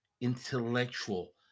intellectual